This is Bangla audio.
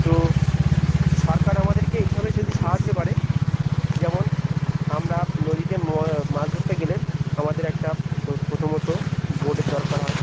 তো সরকার আমাদেরকে এইভাবে যদি সাহায্য করে যেমন আমরা নদীতে ম মাছ ধরতে গেলে আমাদের একটা প্র প্রথমত বোটের দরকার হয়